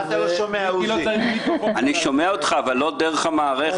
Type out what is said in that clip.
אני מציע קודם שנסיים עם סעיף ב',